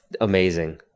amazing